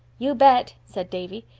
you bet, said davy,